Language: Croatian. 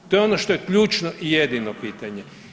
To je ono što je ključno i jedino pitanje.